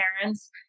parents